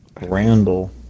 Randall